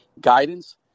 guidance